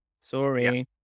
Sorry